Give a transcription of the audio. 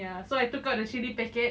ya so I took out the chili packet